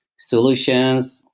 solutions,